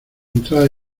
entrada